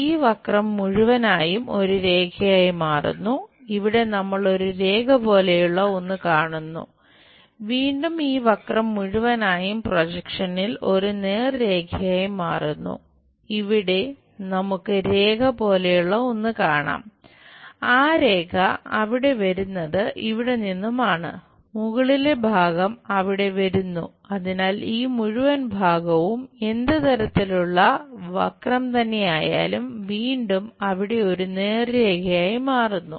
ഈ വക്രം മാറുന്നു